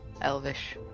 Elvish